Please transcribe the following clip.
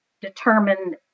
determine